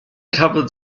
covered